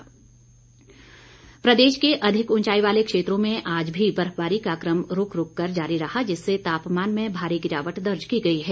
मौसम प्रदेश के अधिक ऊंचाई वाले क्षेत्रों में आज भी बर्फबारी का कम रूक रूक जारी रहा जिससे तापमान में भारी गिरावट दर्ज की गई है